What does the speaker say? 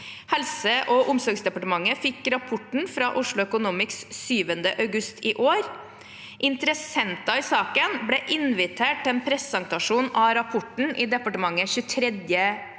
Helse- og omsorgsdepartementet fikk rapporten fra Oslo Economics 7. august i år. Interessenter i saken ble invitert til en presentasjon av rapporten i departementet 23. august,